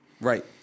Right